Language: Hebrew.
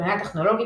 מבחינה טכנולוגית,